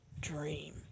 dream